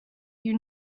you